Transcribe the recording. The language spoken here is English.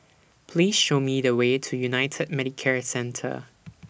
Please Show Me The Way to United Medicare Centre